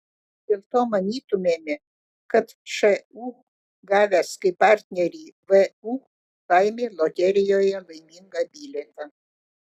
dėl to manytumėme kad šu gavęs kaip partnerį vu laimi loterijoje laimingą bilietą